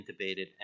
intubated